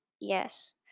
yes